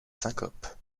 syncopes